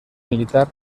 militar